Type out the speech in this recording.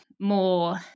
more